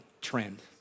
trend